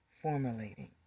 formulating